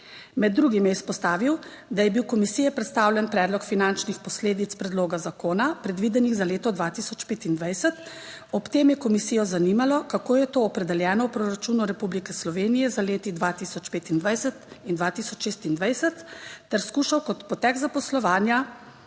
Med drugim je izpostavil, da je bil komisiji predstavljen predlog finančnih posledic predloga zakona predvidenih za leto 2025, ob tem je komisijo zanimalo, kako je to opredeljeno v proračunu Republike Slovenije za leti 2025 in 2026, ter skušal kot potek zaposlovanja,